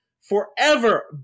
forever